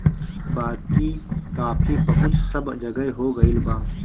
बाकी कॉफ़ी पहुंच सब जगह हो गईल बा